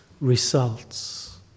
results